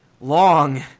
long